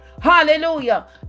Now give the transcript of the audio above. Hallelujah